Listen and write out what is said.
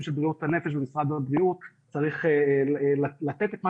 של בריאות הנפש ומשרד הבריאות צריך לתת את מה